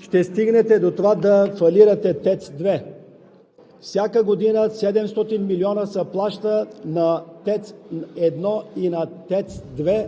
ще стигнете до това да фалирате ТЕЦ 2. Всяка година 700 милиона се плащат на ТЕЦ 1 и на ТЕЦ 2